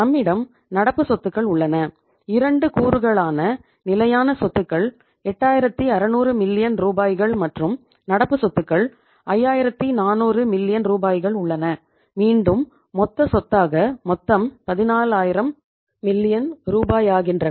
நம்மிடம் நடப்பு சொத்துக்கள் உள்ளன இரண்டு கூறுகளான நிலையான சொத்துக்கள் 8600 மில்லியன் ரூபாயாகின்றன